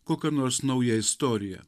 kokia nors nauja istorija